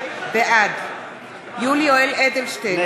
בעד יולי יואל אדלשטיין,